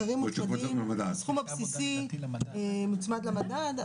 הסכום הבסיסי מוצמד למדד,